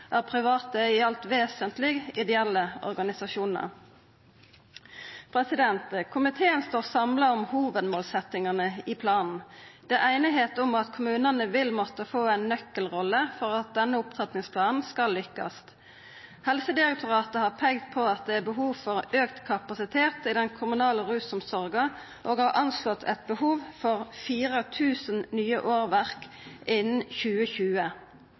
av private, i alt vesentleg ideelle organisasjonar. Komiteen står samla om hovudmålsettingane i planen. Det er einigheit om at kommunane vil måtta få ei nøkkelrolle for at denne opptrappingsplanen skal lykkast. Helsedirektoratet har peikt på at det er behov for auka kapasitet i den kommunale rusomsorga, og har anslått eit behov for 4 000 nye årsverk innan 2020.